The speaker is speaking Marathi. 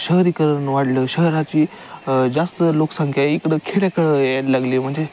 शहरीकरण वाढलं शहराची जास्त लोकसंख्या इकडं खेड्याकडं यायला लागली म्हणजे